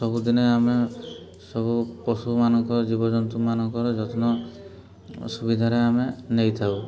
ସବୁଦିନ ଆମେ ସବୁ ପଶୁମାନଙ୍କ ଜୀବଜନ୍ତୁମାନଙ୍କର ଯତ୍ନ ସୁବିଧାରେ ଆମେ ନେଇଥାଉ